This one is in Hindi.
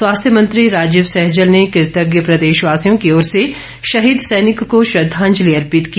स्वास्थ्य मंत्री राजीव सैजल ने कृतज्ञ प्रदेश वासियों की ओर से शहीद सैनिक को श्रद्धांजलि अर्पित की